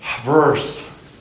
verse